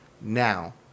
Now